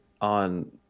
on